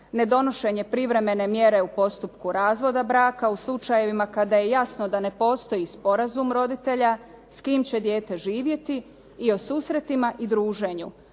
ne donošenje privremene mjere u postupku razvoda braka u slučajevima kada je jasno da ne postoji sporazum roditelja s kim će dijete živjeti i o susretima i druženje,